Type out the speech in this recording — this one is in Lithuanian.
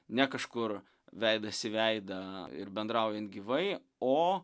ne kažkur veidas į veidą ir bendraujant gyvai o